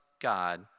God